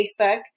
Facebook